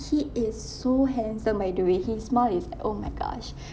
he is so handsome by the way his smile is oh my gosh